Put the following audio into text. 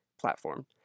platform